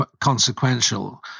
consequential